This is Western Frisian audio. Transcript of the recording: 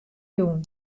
jûn